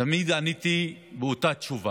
ותמיד עניתי באותה תשובה: